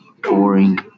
boring